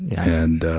and